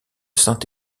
saint